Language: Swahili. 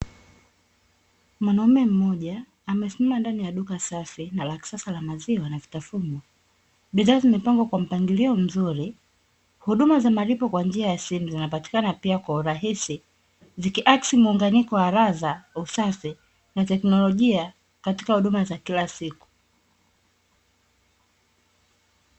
Mwanaume mmoja amesimama ndani ya duka safi na la kisasa la maziwa na vitafunwa. Bidhaa zimepangwa kwa mpangilio mzuri. Huduma za malipo kwa njia ya simu zinapatikana pia kwa urahisi, zikiakisi muunganiko wa ladha, usafi na teknolojia, katika huduma za kila siku.